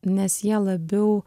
nes jie labiau